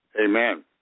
Amen